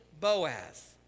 Boaz